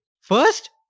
first